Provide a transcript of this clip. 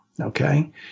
Okay